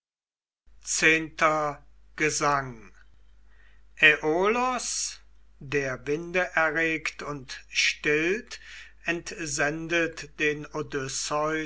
x gesang aiolos der winde erregt und stillt entsendet ihn